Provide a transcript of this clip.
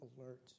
alert